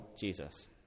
Jesus